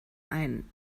einen